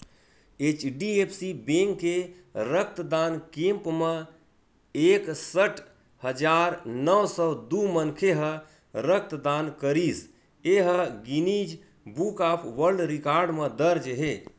HDFC bank के रक्तदान camp म एकसट हजार नव सौ दू मनखे ह रक्तदान करिस ए ह Guinness book of world record म दर्ज हे